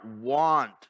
want